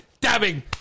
dabbing